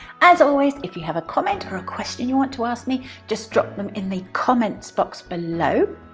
as always if you have a comment or a question you want to ask me just drop them in the comments box below.